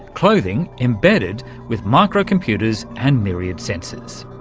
clothing embedded with micro-computers and myriad sensors.